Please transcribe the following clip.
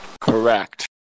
Correct